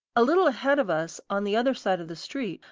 a little ahead of us on the other side of the street,